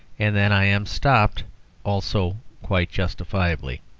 and then i am stopped also quite justifiably.